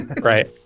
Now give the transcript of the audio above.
right